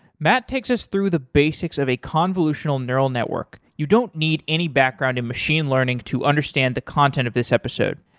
matt takes us through the basics of a convolutional neural network. you don't need any background in machine learning to understand the content of this episode.